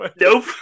nope